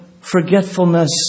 forgetfulness